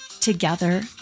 together